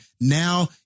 Now